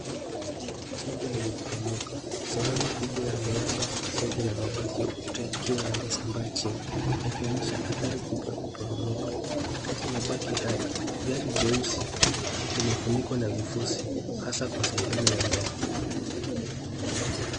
Jengo limeporomoka sehemu kubwa ya miamba ,seke na mabaki ya ukuta yakiwa yamesambaa chini akionyesha athari kubwa ya kuporomoka, kati ya mabaki hayo gari jeusi limefunikwa na vifusi hasa kwa sehemu ya mbele.